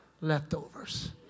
leftovers